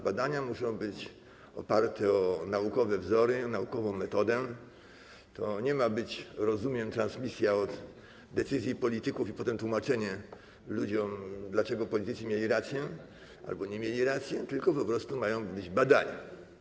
Badania muszą być oparte na naukowych wzorach, prowadzone zgodnie z naukową metodą, to nie ma być, rozumiem, transmisja od decyzji polityków i potem tłumaczenie ludziom, dlaczego politycy mieli rację albo nie mieli racji, tylko po prostu mają być badania.